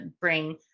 bring